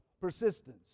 persistence